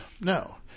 No